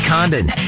Condon